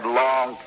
long